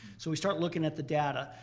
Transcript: so we start looking at the data.